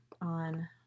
on